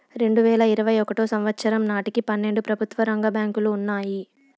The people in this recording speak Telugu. రెండువేల ఇరవై ఒకటో సంవచ్చరం నాటికి పన్నెండు ప్రభుత్వ రంగ బ్యాంకులు ఉన్నాయి